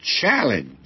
challenge